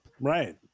Right